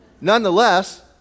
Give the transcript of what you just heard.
nonetheless